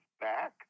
back